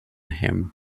him